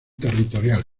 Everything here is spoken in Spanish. territorial